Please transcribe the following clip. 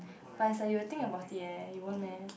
but is like you will think about it eh you won't meh